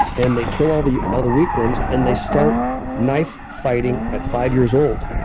and they kill all the all the weak ones. and they start knife fighting at five years old.